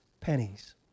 pennies